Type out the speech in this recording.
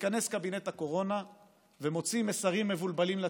מתכנס קבינט הקורונה ומוציא מסרים מבולבלים לציבור: